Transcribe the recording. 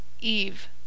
Eve